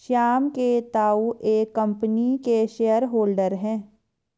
श्याम के ताऊ एक कम्पनी के शेयर होल्डर हैं